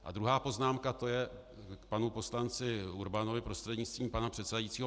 A druhá poznámka, to je k panu poslanci Urbanovi prostřednictvím pana předsedajícího.